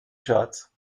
charts